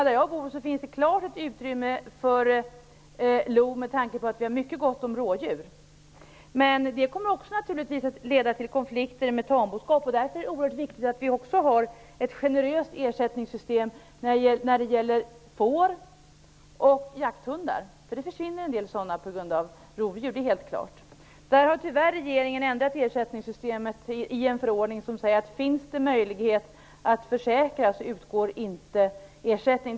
Där jag bor finns det helt klart utrymme för lo, med tanke på att vi har mycket gott om rådjur. Men det kommer naturligtvis också att leda till konflikter med ägarna av tamboskap. Därför är det oerhört viktigt att vi har ett generöst ersättningssystem när det gäller får och jakthundar; det försvinner en del sådana på grund av rovdjur - det är helt klart. På den punkten har regeringen tyvärr ändrat ersättningssystemet. I en förordning säger man att om det finns möjlighet att försäkra utgår inte ersättning.